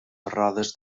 rodes